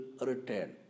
return